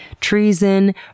treason